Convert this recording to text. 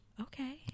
okay